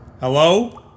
Hello